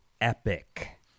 epic